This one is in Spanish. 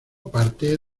parte